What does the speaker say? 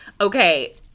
okay